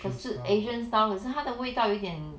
可是 asian style 我是他的味道有一点